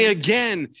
again